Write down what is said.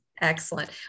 excellent